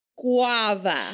guava